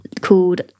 called